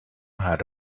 had